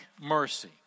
mercy